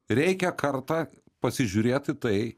reikia kartą pasižiūrėti tai